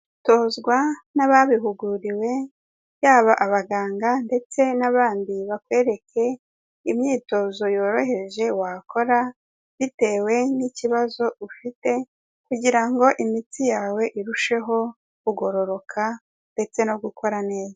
Tozwa n'ababihuguriwe yaba abaganga ndetse n'abandi bakwereke imyitozo yoroheje wakora bitewe n'ikibazo ufite kugira ngo imitsi yawe irusheho kugororoka ndetse no gukora neza.